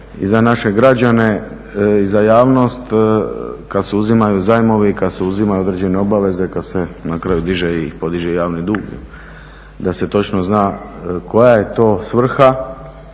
i za naše građane i za javnost kada se uzimaju zajmovi, kada se uzimaju određene obaveze, kada se na kraju diže i podiže javni dug da se točno zna koja je to svrha,